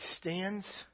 stands